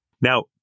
Now